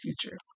future